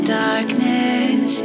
darkness